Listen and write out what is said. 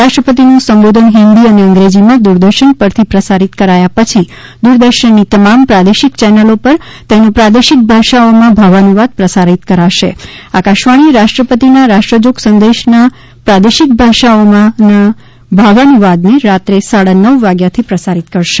રાષ્ટ્રપતિનું સંબોધન હિન્દી અને અંગ્રેજીમાં દૂરદર્શન પરથી પ્રસારિત કરાયા પછી દૂરદર્શનની તમામ પ્રાદેશિક ચેનલો પર તેનો પ્રાદેશિક ભાષાઓમાં ભાવાનુવાદ પ્રસારિત કરાશે આકાશવાણી રાષ્ટ્રપતિના રાષ્ટ્રજોગ સંદેશાના પ્રાદેશિક ભાષાઓમાં ભાવાનુવાદને રાત્રે સાડા નવ વાગ્યાથી પ્રસારિત કરશે